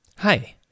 Hi